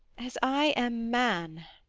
as i am man,